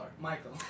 Michael